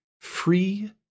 free